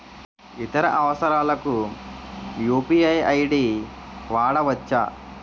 ఇతర అవసరాలకు UPI ID వాడవచ్చా?